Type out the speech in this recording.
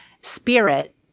spirit